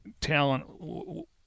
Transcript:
talent